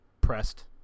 pressed